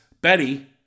Betty